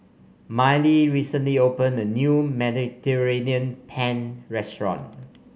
Mylee recently opened a new Mediterranean Penne Restaurant